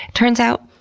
turns out,